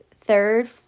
third